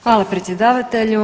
Hvala predsjedavatelju.